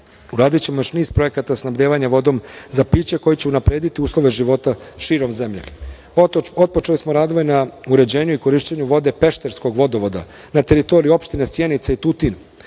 uradićemo još niz projekata snabdevanja vodom za piće koje će unaprediti uslove života širom zemlje. Otpočeli smo radove na uređenju i korišćenju vode pešterskog vodovoda na teritoriji opštine Sjenica i Tutin,